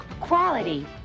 quality